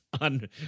on